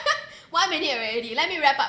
one minute already let me wrap up